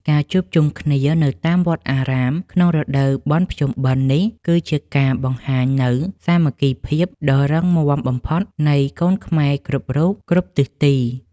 ការជួបជុំគ្នានៅតាមវត្តអារាមក្នុងរដូវបុណ្យភ្ជុំបិណ្ឌនេះគឺជាការបង្ហាញនូវសាមគ្គីភាពដ៏រឹងមាំបំផុតនៃកូនខ្មែរគ្រប់រូបគ្រប់ទិសទី។